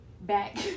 back